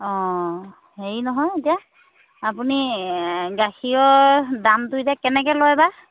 অঁ হেৰি নহয় এতিয়া আপুনি গাখীৰৰ দামটো এতিয়া কেনেকৈ লয় বা